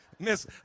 Miss